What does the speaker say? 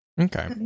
Okay